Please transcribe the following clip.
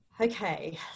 Okay